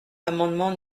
l’amendement